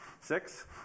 six